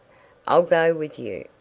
i'll go with you,